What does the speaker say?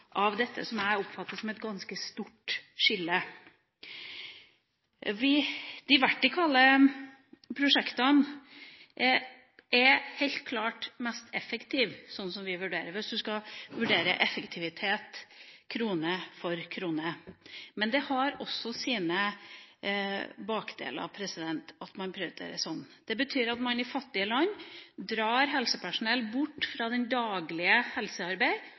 jeg oppfatter som et ganske stort skille. De vertikale prosjektene er helt klart mest effektive slik vi vurderer det, hvis en skal vurdere effektivitet krone for krone. Men det har også sine ulemper at man prioriterer slik. Det betyr at man i fattige land drar helsepersonell bort fra det daglige helsearbeid